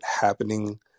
happening